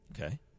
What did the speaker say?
Okay